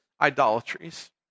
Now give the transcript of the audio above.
idolatries